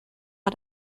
hat